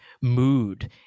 mood